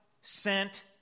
sent